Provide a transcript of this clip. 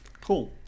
cool